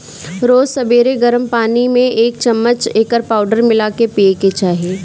रोज सबेरे गरम पानी में एक चमच एकर पाउडर मिला के पिए के चाही